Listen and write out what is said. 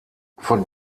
von